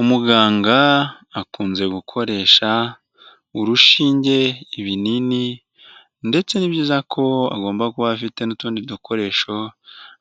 Umuganga akunze gukoresha urushinge ibinini ndetse ni byiza ko agomba kuba afite n'utundi dukoresho